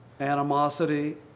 animosity